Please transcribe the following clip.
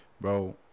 Bro